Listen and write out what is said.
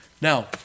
Now